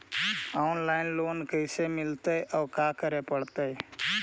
Online loan कैसे मिलतै औ का करे पड़तै?